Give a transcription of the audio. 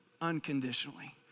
unconditionally